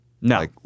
No